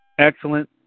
Excellent